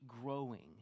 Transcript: growing